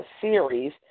series